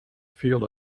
field